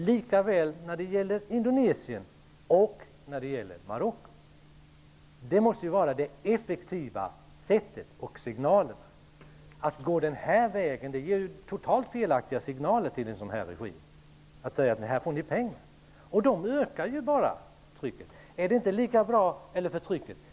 Detsamma gäller Indonesien och Marocko. Detta måste vara det effektiva sättet och de rätta signalerna. Men att gå den här vägen och säga ''här får ni pengar'' ger totalt felaktiga signaler till en sådan regim. Den ökar ju bara förtrycket.